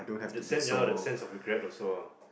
the sense ya lah the sense of regret also lah